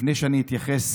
לפני שאני אתייחס,